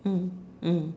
mm mm